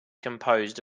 composed